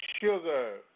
sugar